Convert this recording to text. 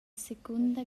secunda